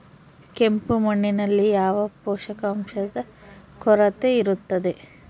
ಕೆಂಪು ಮಣ್ಣಿನಲ್ಲಿ ಯಾವ ಪೋಷಕಾಂಶದ ಕೊರತೆ ಇರುತ್ತದೆ?